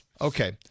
Okay